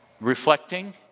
reflecting